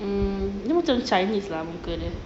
mm dia macam chinese lah muka dia